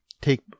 take